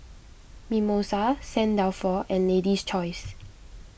Mimosa Saint Dalfour and Lady's Choice